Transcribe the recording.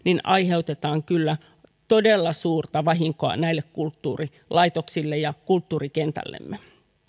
aiheutetaan todella suurta vahinkoa näille kulttuurilaitoksille ja kulttuurikentällemme